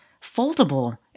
foldable